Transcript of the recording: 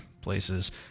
places